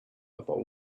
about